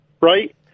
right